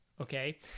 okay